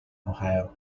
ohio